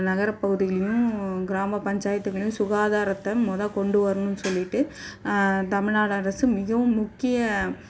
நகரப் பகுதியிலேயும் கிராமப் பஞ்சாயத்துங்கள்லேயும் சுகாதாரத்தை மொதல கொண்டு வரணும்னு சொல்லிவிட்டு தமிழ்நாடு அரசு மிகவும் முக்கிய